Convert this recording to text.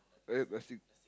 I like nasi